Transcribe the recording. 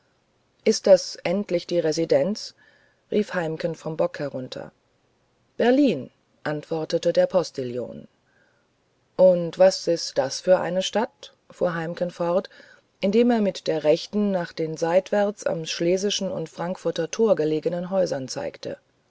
ist das endlich die residenz rief heimken vom bock herunter berlin antwortete der postillon und was ist das für eine stadt fuhr heimken fort indem er mit der rechten nach den seitwärts am schlesischen und frankfurter tore gelegenen häusern zeigte